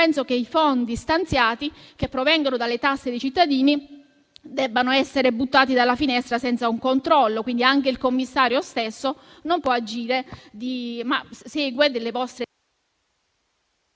penso che i fondi stanziati, che provengono dalle tasse dei cittadini, debbano essere buttati dalla finestra senza un controllo. Il commissario stesso non può agire, ma segue le